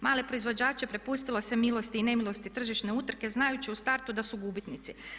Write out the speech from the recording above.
Male proizvođače prepustilo se milosti i nemilosti tržišne utrke znajući u startu da su gubitnici.